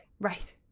Right